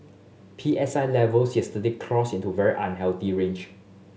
P S I levels yesterday crossed into very unhealthy range